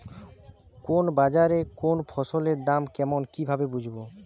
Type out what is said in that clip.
কোন বাজারে কোন ফসলের দাম কেমন কি ভাবে বুঝব?